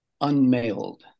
unmailed